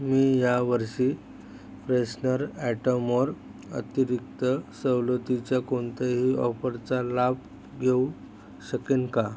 मी या वर्षी फ्रेशनर आयटमवर अतिरिक्त सवलतीच्या कोणत्याही ऑफरचा लाभ घेऊ शकेन का